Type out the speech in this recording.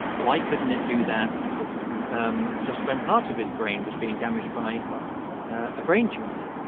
why couldn't it do that um just when part of his brain was being damaged by a brain tumor?